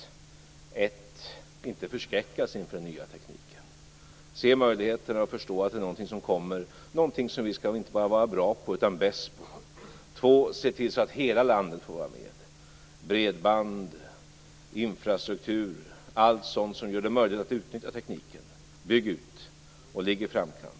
För det första: att inte förskräckas inför den nya tekniken, utan se möjligheterna och förstå att det är någonting som kommer - någonting som vi inte bara skall vara bra på utan bäst på. För det andra: att se till att hela landet får vara med - bredband, infrastruktur, allt sådant som gör det möjligt att utnyttja tekniken, bygga ut och ligga i framkant.